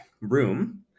room